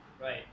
right